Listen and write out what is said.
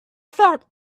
felt